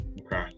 Okay